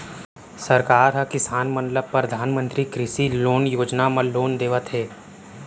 सरकार ह किसान मन ल परधानमंतरी कृषि लोन योजना म लोन देवत हे